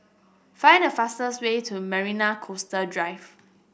find the fastest way to Marina Coastal Drive